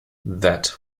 that